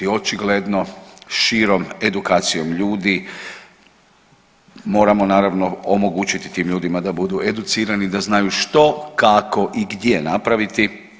Očigledno širom edukacijom ljudi, moramo naravno omogućiti tim ljudima da budu educirani što, kako i gdje napraviti.